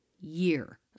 year